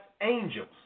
angels